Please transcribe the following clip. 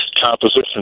composition